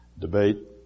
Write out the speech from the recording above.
debate